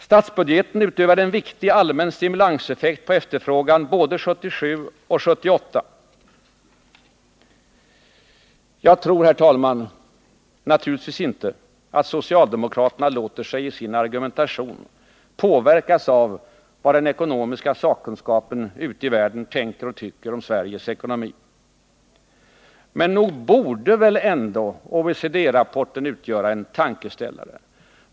Statsbudgeten utövade en viktig allmän stimulanseffekt på efterfrågan både 1977 och 1978. Herr talman! Jag tror naturligtvis inte att socialdemokraterna låter sig i sin argumentation påverkas av vad den ekonomiska sakkunskapen ute i världen tänker och tycker om Sveriges ekonomi. Men nog borde väl ändå OECD rapporten vara en tankeställare.